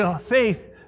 Faith